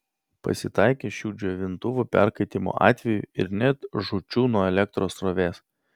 pasitaikė šių džiovintuvų perkaitimo atvejų ir net žūčių nuo elektros srovės